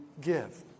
give